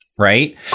Right